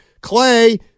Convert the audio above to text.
Clay